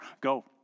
go